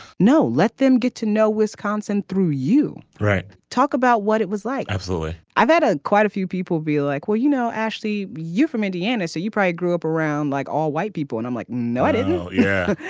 no let them get to know wisconsin through you right. talk about what it was like. absolutely. i've had a quite a few people be like well you know ashley you from indiana so you pride grew up around like all white people and i'm like no i didn't like yeah i